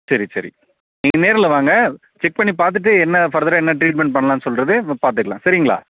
சரி சரி நீங்கள் நேரில் வாங்க செக் பண்ணி பார்த்துட்டு என்ன ஃபர்தராக என்ன டிரீட்மெண்ட் பண்ணலாம்ன்னு சொல்கிறது நம்ம பார்த்துக்கலாம் சரிங்களா